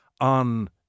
on